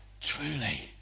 truly